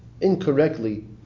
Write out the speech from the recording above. incorrectly